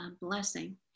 blessing